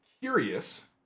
curious